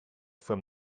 from